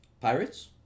Pirates